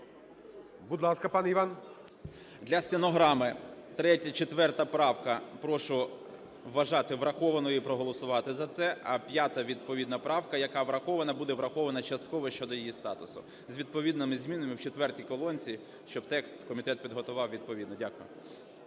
10:49:54 ВІННИК І.Ю. Для стенограми: 3-я і 4-а правка - прошу вважати врахованою і проголосувати за це, а 5-а відповідно правка, яка врахована, буде врахована частково щодо її статусу з відповідними змінами у четвертій колонці, щоб текст комітет підготував відповідний. Дякую.